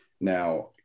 Now